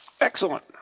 Excellent